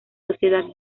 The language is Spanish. sociedad